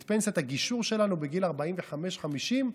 את פנסיה את הגישור שלנו בגיל 45 50?